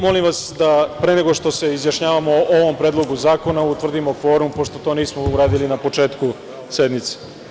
Molim vas da pre nego što se izjasnimo o ovom predlogu zakona, utvrdimo kvorum, pošto to nismo uradili na početku sednice.